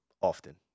often